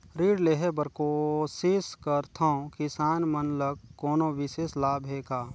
ऋण लेहे बर कोशिश करथवं, किसान मन ल कोनो विशेष लाभ हे का?